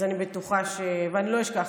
אז אני בטוחה, ולא אשכח.